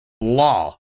law